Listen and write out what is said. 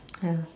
ya